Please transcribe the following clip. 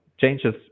changes